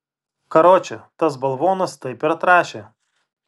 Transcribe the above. karoče tas balvonas taip ir atrašė